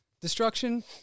Destruction